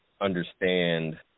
understand